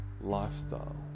lifestyle